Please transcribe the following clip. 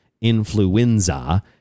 influenza